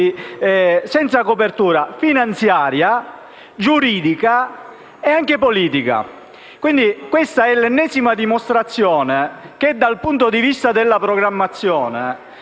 senza copertura finanziaria, giuridica e anche politica. Questa è l'ennesima dimostrazione che, dal punto di vista della programmazione,